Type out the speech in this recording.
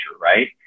Right